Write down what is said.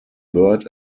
bird